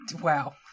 Wow